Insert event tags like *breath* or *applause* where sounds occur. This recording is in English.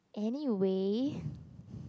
anyway *breath*